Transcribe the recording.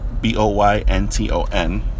B-O-Y-N-T-O-N